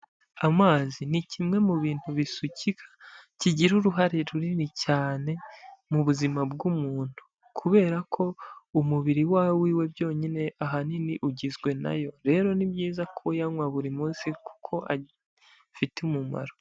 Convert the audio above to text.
Amazi ni kimwe mu bintu bisukika kigira uruhare runini cyane mu buzima bw'umuntu kubera ko umubiri wawe we byonyine ahanini ugizwe na yo. Rero ni byiza kuyanywa buri munsi kuko afite umumaro.